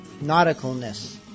nauticalness